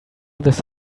this